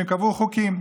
וקבעו חוקים.